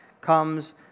comes